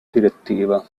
direttiva